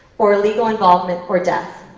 or legal involvement or death?